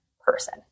person